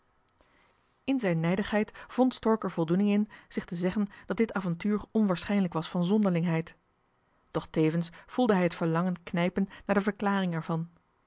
in zijn nijdigheid vond stork er voldoening in zich te zeggen dat dit avontuur onwaarschijnlijk was van zonderlingheid doch tevens voelde hij het verlangen knijpen naar de verklaring ervan